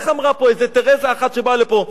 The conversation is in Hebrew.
איך אמרה פה איזה תרזה אחת שבאה לפה?